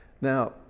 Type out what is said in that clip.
now